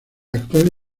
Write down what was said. actual